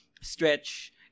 stretch